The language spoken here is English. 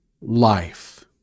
life